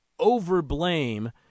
overblame